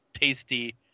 tasty